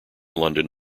london